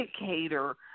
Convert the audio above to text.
indicator